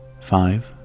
Five